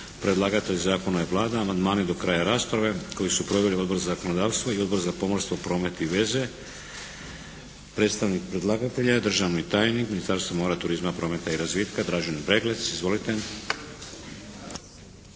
Predlagatelj zakona je Vlada. Amandmani do kraja rasprave koji su proveli Odbor za zakonodavstvo i Odbor za pomorstvo, promet i veze. Predstavnik predlagatelja, državni tajnik Ministarstva mora, turizma, prometa i razvitka Dražen Breglec. Izvolite!